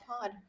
pod